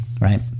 Right